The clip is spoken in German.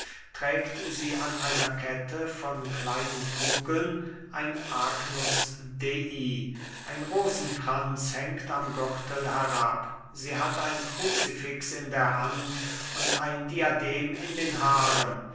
trägt sie an einer kette von kleinen kugeln ein agnus dei ein rosenkranz hängt am gürtel herab sie hat ein kruzifix in der hand und ein diadem in den haaren